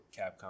Capcom